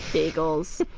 bagels.